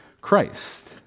Christ